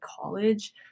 college